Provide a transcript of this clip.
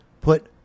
put